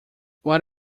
what